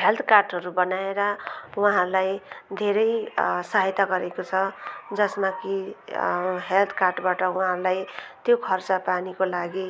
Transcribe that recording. health कार्डहरू बनाएर उहाँहरूलाई धेरै सहायता गरेको छ जसमा कि हेल्थ कार्डबाट उहाँहरूलाई त्यो खर्चपानीको लागि